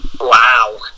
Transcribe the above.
Wow